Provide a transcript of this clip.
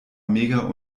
mega